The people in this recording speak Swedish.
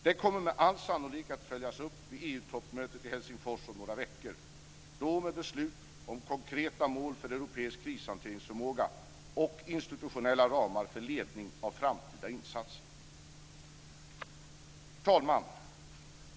Detta kommer med all sannolikhet att följas upp vid EU toppmötet i Helsingfors om några veckor - då med beslut om konkreta mål för europeisk krishanteringsförmåga och institutionella ramar för ledning av framtida insatser. Herr talman!